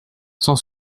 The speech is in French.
sans